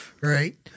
Right